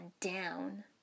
down